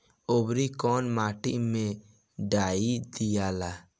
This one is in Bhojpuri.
औवरी कौन माटी मे डाई दियाला?